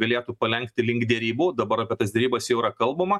galėtų palenkti link derybų dabar apie tas derybas jau yra kalbama